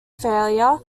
failure